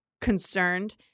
concerned